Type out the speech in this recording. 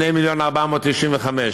2.495 מיליון,